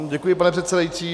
Děkuji, pane předsedající.